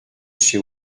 chez